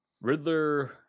Riddler